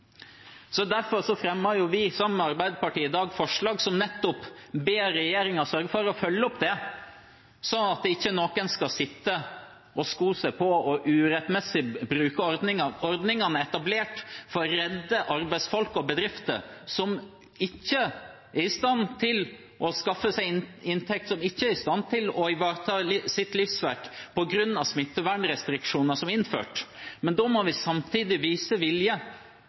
Derfor fremmer vi, sammen med Arbeiderpartiet, i dag forslag som nettopp ber regjeringen sørge for å følge opp dette, sånn at ingen skal sitte og sko seg på urettmessig bruk av ordninger. Ordningene er etablert for å redde arbeidsfolk og bedrifter som ikke er i stand til å skaffe seg inntekt, som ikke er i stand til å ivareta sitt livsverk på grunn av smittevernrestriksjoner som er innført. Men da må vi samtidig vise vilje